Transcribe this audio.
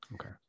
Okay